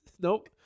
Nope